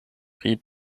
pri